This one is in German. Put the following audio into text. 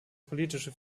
politische